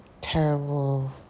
terrible